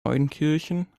neunkirchen